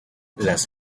las